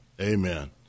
Amen